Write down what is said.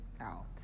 out